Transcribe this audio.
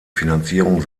finanzierung